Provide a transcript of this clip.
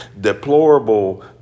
deplorable